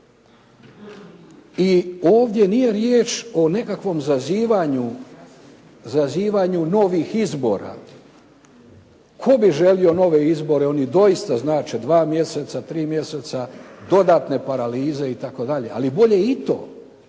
I ovdje nije riječ o nekakvom zazivanju novih izbora. Tko bi želio nove izbore? Oni doista znače dva mjeseca, tri mjeseca dodatne paralize itd., ali bolje i to